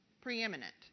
Preeminent